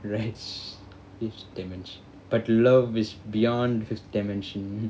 right fifth dimension but love is beyond fifth dimension